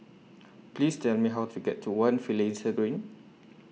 Please Tell Me How to get to one Finlayson Green